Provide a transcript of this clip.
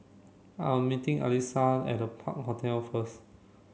I am meeting Alysia at Park Hotel first